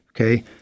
Okay